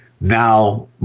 now